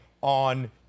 on